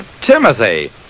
Timothy